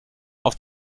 auf